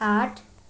आठ